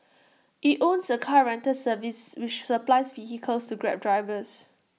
IT owns A car rental service which supplies vehicles to grab drivers